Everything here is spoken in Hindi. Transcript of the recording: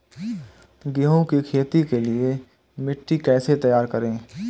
गेहूँ की खेती के लिए मिट्टी कैसे तैयार करें?